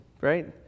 right